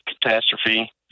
catastrophe